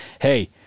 hey